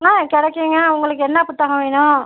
ஆ கிடைக்குங்க உங்களுக்கு என்ன புத்தகம் வேணும்